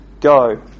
go